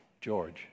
George